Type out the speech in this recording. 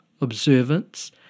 observance